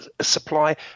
supply